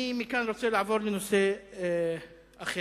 מכאן אני רוצה לעבור לנושא אחר,